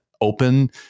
open